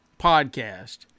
podcast